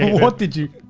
what did you?